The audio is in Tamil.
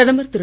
பிரதமர் திரு